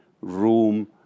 room